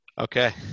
Okay